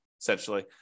essentially